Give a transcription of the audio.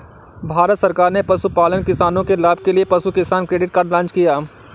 भारत सरकार ने पशुपालन किसानों के लाभ के लिए पशु किसान क्रेडिट कार्ड लॉन्च किया